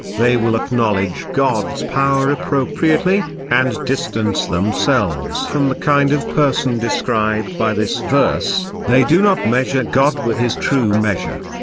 they will acknowledge god's power appropriately, and distance themselves from the kind of person described by this verse they do not measure god with his true measure.